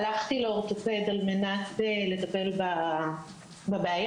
הלכתי לאורתופד על מנת לטפל בבעיה,